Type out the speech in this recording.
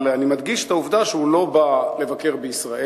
אבל אני מדגיש את העובדה שהוא לא בא לבקר בישראל.